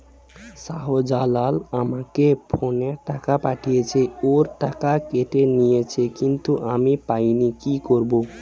শাহ্জালাল আমাকে ফোনে টাকা পাঠিয়েছে, ওর টাকা কেটে নিয়েছে কিন্তু আমি পাইনি, কি করব?